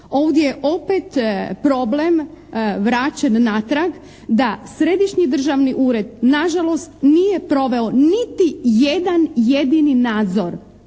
Ovdje je opet problem vraćen natrag da središnji državni ured nažalost nije proveo niti jedan jedini nadzor